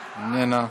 איננה,